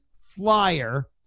flyer